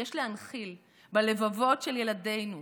יש להנחיל בלבבות של ילדינו.